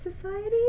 Society